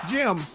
Jim